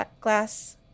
Glass